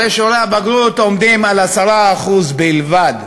הרי שיעורי הבגרות עומדים על 10% בלבד.